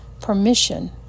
permission